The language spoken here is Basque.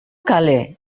kale